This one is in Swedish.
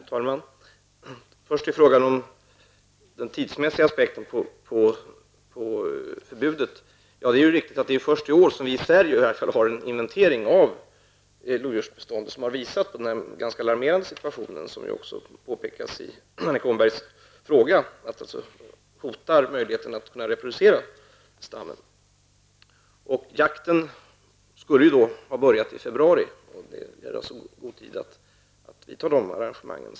Fru talman! Först till frågan om den tidsmässiga aspekten på förbudet. Det är riktigt att vi i Sverige först i år har gjort en inventering av lodjursbeståndet och att den har visat på den ganska alarmerande situationen -- vilket ju också Annika Åhnberg påpekat i sin fråga -- där stammens reproducering hotas. Jakten börjar i februari, så det finns gott om tid att vidta dessa arrangemang.